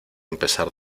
empezar